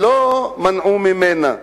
שלא מנעו זאת ממנה.